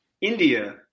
India